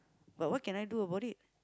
but what can I do about it